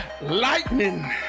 Lightning